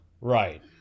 Right